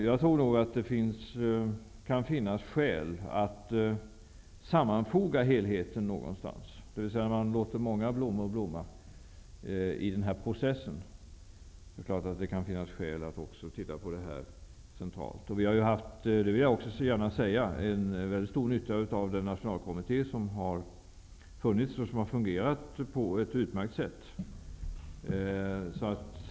Jag tror nog att det kan finnas skäl att sammanfoga helheten, dvs. att låta många blommor blomma i den här processen. Det kan även finnas skäl att titta på detta centralt. Vi har ju haft mycket stor nytta av den nationalkommitté som har funnits och som har fungerat på ett utmärkt sätt. Det vill jag gärna säga.